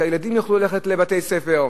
שהילדים יוכלו ללכת לבית-הספר.